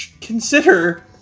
Consider